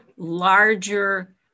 larger